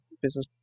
business